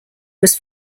was